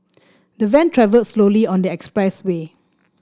the van travelled slowly on the expressway